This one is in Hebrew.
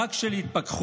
חג של התפכחות